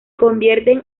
convierten